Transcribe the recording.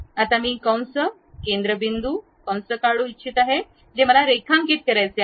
आता मी कंस केंद्र बिंदू कंस काढू इच्छित आहे जे मला रेखांकित करायचे आहे